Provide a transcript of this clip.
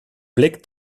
blik